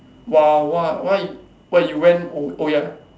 !wow! what why why you went oh ya